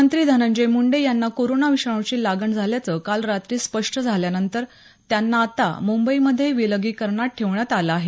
मंत्री धनंजय मुंडे यांना कोरोना विषाणूची लागण झाल्याचं काल रात्री स्पष्ट झाल्यानंतर त्यांना आता मुंबईमधे विलगीकरणात ठेवण्यात आलं आहे